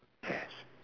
yes